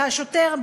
והשוטר,